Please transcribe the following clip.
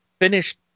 finished